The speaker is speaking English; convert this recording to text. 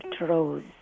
rose